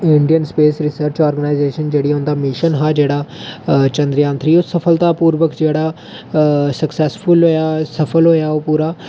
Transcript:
Indian space research organisation जेहड़ी उं'दा mission हा जेह्ड़ा चंद्रयान थ्री ओह् सफलतापुर्वक जेह्ड़ा सक्सैफुल होएआ सफल होएआ ओह् पूरा